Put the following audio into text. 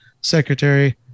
secretary